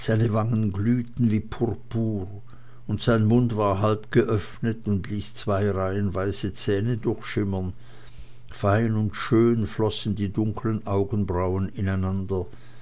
wangen glühten wie purpur und sein mund war halb geöffnet und ließ zwei reihen weiße zähne durchschimmern fein und schön flossen die dunklen augenbraunen ineinander